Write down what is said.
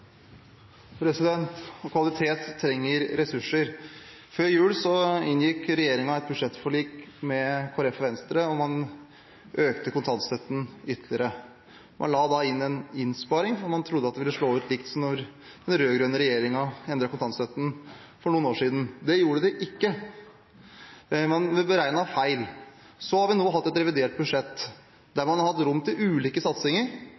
Kvalitet trenger ressurser. Før jul inngikk regjeringen et budsjettforlik med Kristelig Folkeparti og Venstre, og man økte kontantstøtten ytterligere. Man la da inn en innsparing, for man trodde det ville slå ut likt, som når den rød-grønne regjeringen endret kontantstøtten for noen år siden. Det gjorde det ikke. Man beregnet feil. Nå har man fått et revidert budsjett der man har hatt rom for ulike satsinger,